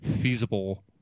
feasible